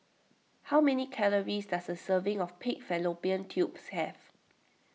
how many calories does a serving of Pig Fallopian Tubes have